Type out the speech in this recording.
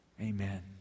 Amen